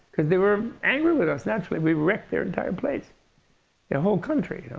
because they were angry with us, naturally. we wrecked their entire place, their whole country.